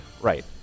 right